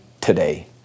today